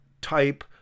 type